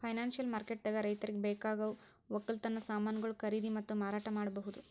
financial ಮಾರ್ಕೆಟ್ದಾಗ್ ರೈತರಿಗ್ ಬೇಕಾಗವ್ ವಕ್ಕಲತನ್ ಸಮಾನ್ಗೊಳು ಖರೀದಿ ಮತ್ತ್ ಮಾರಾಟ್ ಮಾಡ್ಬಹುದ್